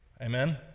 Amen